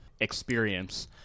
experience